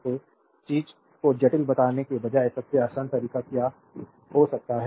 तो चीज़ को जटिल बनाने के बजाय सबसे आसान तरीका क्या हो सकता है